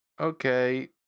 Okay